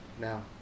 Now